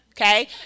okay